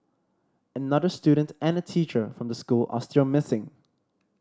another student and a teacher from the school are still missing